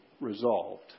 resolved